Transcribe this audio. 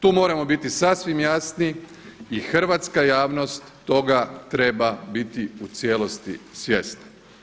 Tu moramo biti sasvim jasni i hrvatska javnost toga treba biti u cijelosti svjesna.